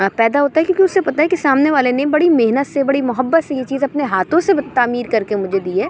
پیدا ہوتا ہے کیونکہ اُسے پتہ کہ سامنے والے نے بڑی محنت سے بڑی محبت سے یہ چیز اپنے ہاتھوں سے تعمیر کر کے مجھے دی ہے